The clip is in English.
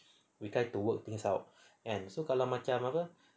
we try to work things out kan so kalau macam